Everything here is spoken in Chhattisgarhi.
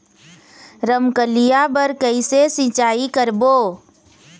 रमकलिया बर कइसे सिचाई करबो?